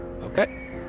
Okay